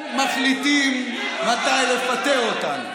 הם מחליטים מתי לפטר אותנו.